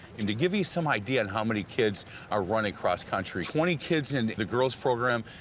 and to give you some idea on how many kids are running cross country, twenty kids in the girl's program,